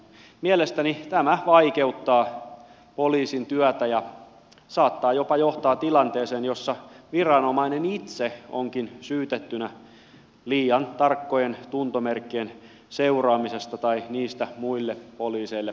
mielestäni tämä vaikeuttaa poliisin työtä ja saattaa jopa johtaa tilanteeseen jossa viranomainen itse onkin syytettynä liian tarkkojen tuntomerkkien seuraamisesta tai niistä muille poliiseille tiedottamisesta